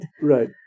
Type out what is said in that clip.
Right